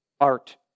art